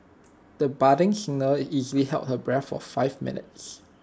the budding singer easily held her breath for five minutes